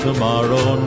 Tomorrow